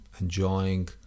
enjoying